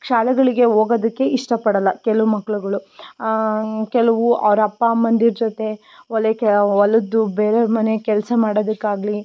ಶಾಲೆಗಳಿಗೆ ಹೋಗೋದಕ್ಕೆ ಇಷ್ಟಪಡೋಲ್ಲ ಕೆಲವು ಮಕ್ಕಳುಗಳು ಕೆಲವು ಅವರ ಅಪ್ಪ ಅಮ್ಮಂದಿರ ಜೊತೆ ಹೊಲಕ್ಕೆ ಹೊಲದ್ದು ಬೇರೆಯವ್ರ ಮನೆ ಕೆಲಸ ಮಾಡೋದಕ್ಕಾಗಲೀ